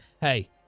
hey